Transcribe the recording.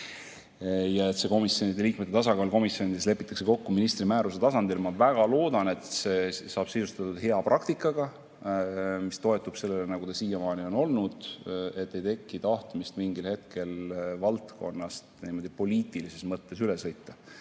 ja et see komisjonide liikmete tasakaal komisjonides lepitakse kokku ministri määruse tasandil. Ma väga loodan, et see saab sisustatud hea praktikaga, mis toetub sellele, nagu siiamaani on olnud, et mingil hetkel ei teki tahtmist valdkonnast poliitilises mõttes üle sõita,